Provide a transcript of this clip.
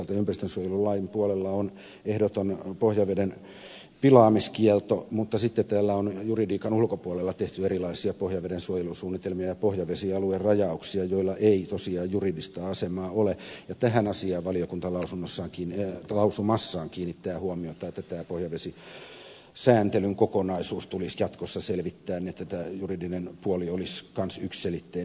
toisaalta ympäristönsuojelulain puolella on ehdoton pohjaveden pilaamiskielto mutta sitten täällä on juridiikan ulkopuolella tehty erilaisia pohjaveden suojelusuunnitelmia ja pohjavesialuerajauksia joilla ei tosiaan juridista asemaa ole ja tähän asiaan valiokunta lausumassaan kiinnittää huomiota että tämä pohjavesisääntelyn kokonaisuus tulisi jatkossa selvittää niin että tämä juridinen puoli olisi myös yksiselitteinen